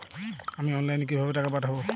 আমি অনলাইনে কিভাবে টাকা পাঠাব?